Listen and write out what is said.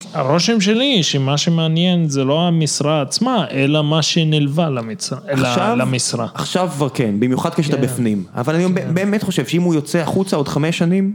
הרושם שלי, שמה שמעניין זה לא המשרה עצמה, אלא מה שנלווה למשרה. עכשיו כבר כן, במיוחד כשאתה בפנים. אבל אני באמת חושב שאם הוא יוצא החוצה עוד חמש שנים...